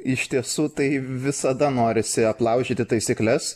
iš tiesų tai visada norisi aplaužyti taisykles